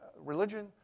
religion